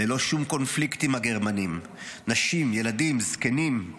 ללא שום קונפליקט עם הגרמנים, נשים, ילדים, זקנים.